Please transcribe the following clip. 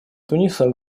туниса